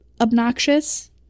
obnoxious